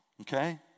Okay